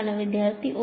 വിദ്യാർത്ഥി 1